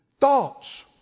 Thoughts